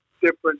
different